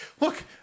Look